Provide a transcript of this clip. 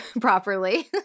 properly